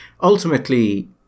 Ultimately